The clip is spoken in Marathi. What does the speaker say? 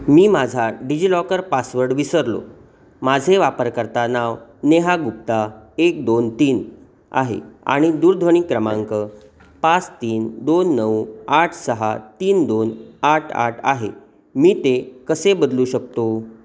मी माझा डिजि लॉकर पासवर्ड विसरलो माझे वापरकर्ता नाव नेहा गुप्ता एक दोन तीन आहे आणि दूरध्वनी क्रमांक पाच तीन दोन नऊ आठ सहा तीन दोन आठ आठ आहे मी ते कसे बदलू शकतो